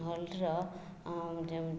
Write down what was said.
ହଲ୍ଟିର ଯେଉଁ